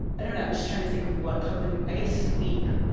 i don't know, i was trying to think of what coping i guess sleep,